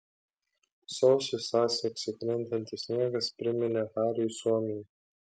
sausį sasekse krintantis sniegas priminė hariui suomiją